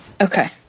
Okay